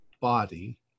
body